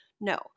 No